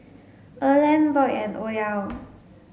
Erland Boyd and Odell